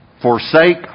forsake